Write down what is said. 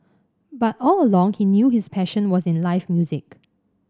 but all along he knew his passion was in live music